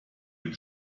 dem